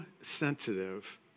sensitive